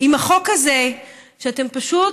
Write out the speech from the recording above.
עם החוק הזה שאתם פשוט